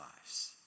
lives